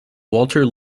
walter